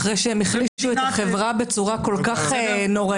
אחרי שהם החלישו את החברה בצורה כל כך נוראית,